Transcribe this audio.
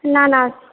না না